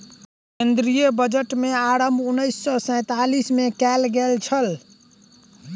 केंद्रीय बजट के आरम्भ उन्नैस सौ सैंतालीस मे कयल गेल छल